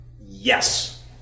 Yes